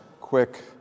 quick